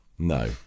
No